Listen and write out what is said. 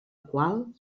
qual